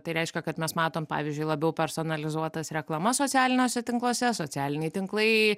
tai reiškia kad mes matom pavyzdžiui labiau personalizuotas reklamas socialiniuose tinkluose socialiniai tinklai